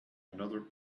another